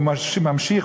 הוא ממשיך,